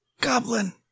Goblin